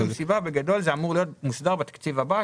הארגונים אמורים לסדר את זה בתקציב הבא,